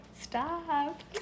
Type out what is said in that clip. stop